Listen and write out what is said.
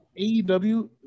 AEW